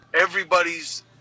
everybody's